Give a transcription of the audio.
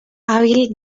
hábil